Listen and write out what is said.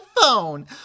phone